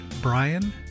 brian